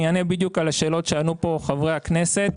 אני אענה בדיוק על השאלות שהעלו פה חברי הכנסת.